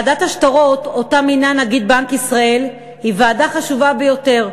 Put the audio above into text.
לכן ועדת השטרות שמינה נגיד בנק ישראל היא ועדה חשובה ביותר,